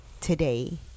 today